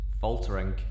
faltering